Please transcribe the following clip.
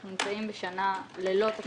אנחנו נמצאים בשנה ללא תקציב.